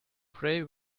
pray